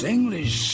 English